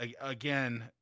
again